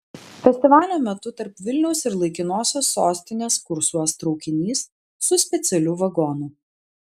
festivalio metu tarp vilniaus ir laikinosios sostinės kursuos traukinys su specialiu vagonu